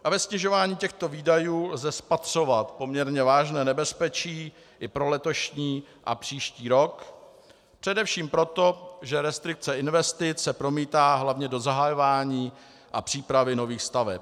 A ve snižování těchto výdajů lze spatřovat poměrně vážné nebezpečí i pro letošní a příští rok, především proto, že restrikce investic se promítá hlavně do zahajování a přípravy nových staveb.